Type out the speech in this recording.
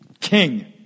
king